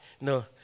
no